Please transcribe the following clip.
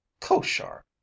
Koshar